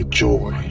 joy